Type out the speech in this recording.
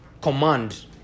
command